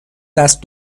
دست